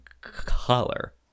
color